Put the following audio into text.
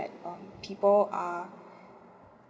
um people are